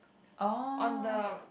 orh